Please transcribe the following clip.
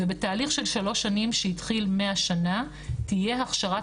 ובתהליך של שלוש שנים שהתחיל מהשנה תהיה הכשרת